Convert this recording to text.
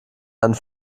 einen